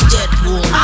Deadpool